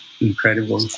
incredible